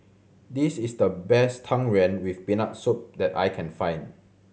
this is the best Tang Yuen with Peanut Soup that I can find